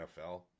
NFL